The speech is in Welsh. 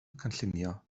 cynllunio